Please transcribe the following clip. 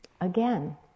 again